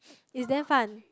it's damn fun